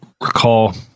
recall